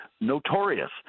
notorious